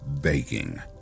baking